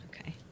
Okay